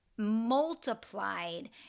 multiplied